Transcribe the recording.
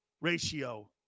ratio